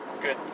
Good